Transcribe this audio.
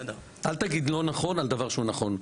אל תגיד לא נכון על דבר שהוא נכון,